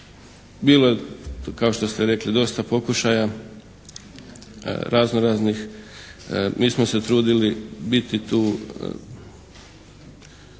bilo je kao što ste rekli dosta pokušaja, razno raznih. Mi smo se trudili biti tu